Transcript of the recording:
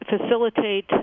facilitate